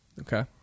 Okay